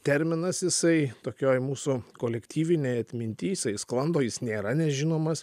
terminas jisai tokioj mūsų kolektyvinėj atminty jisai sklando jis nėra nežinomas